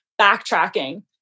backtracking